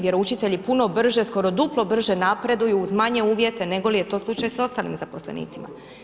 Vjeroučitelji puno brže, skoro duplo brže napreduju uz manje uvjete nego li je to slučaj s ostalim zaposlenicima.